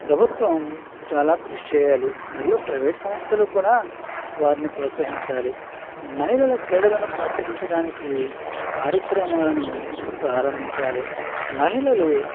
ప్రభుత్వం చాలా కృషి చేయాలి మరియు ప్రైవేట్ సంస్థలు కూడా వారిని ప్రోత్సహించాలి మహిళలు క్రీడలను ప్రోత్సహించడానికి కార్యక్రమాలను ప్రారంభించాలి మహిళలు